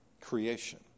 creation